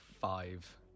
Five